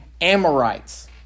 Amorites